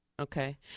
Okay